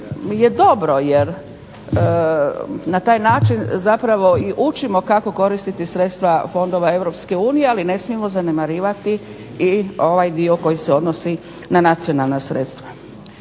je dobro, jer na taj način zapravo i učimo kako koristiti sredstva fondova Europske unije ali ne smijemo zanemarivati i ovaj dio koji se odnosi na nacionalna sredstva.